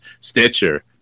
Stitcher